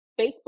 Facebook